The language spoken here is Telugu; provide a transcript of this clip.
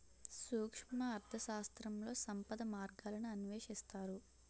సూక్ష్మ అర్థశాస్త్రంలో సంపద మార్గాలను అన్వేషిస్తారు